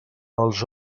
els